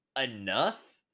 enough